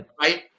right